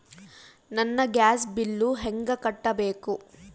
ನನ್ನ gas bill ಹೆಂಗ ಕಟ್ಟಬೇಕು?